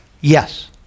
yes